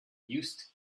used